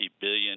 billion